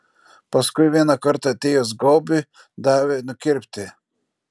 paskui vieną kartą atėjus gaubiui davė nukirpti